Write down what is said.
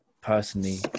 personally